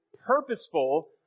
purposeful